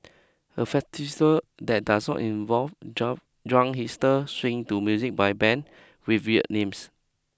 a that does not involve jump drunk hipsters swaying to music by band with weird names